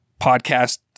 podcast